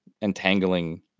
entangling